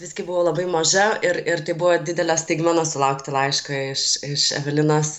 visgi buvau labai maža ir ir tai buvo didelė staigmena sulaukti laiško iš iš evelinos